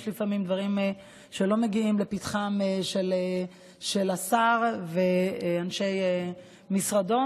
יש לפעמים דברים שלא מגיעים לפתחם של השר ואנשי משרדו,